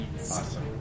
Awesome